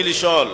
רצוני לשאול: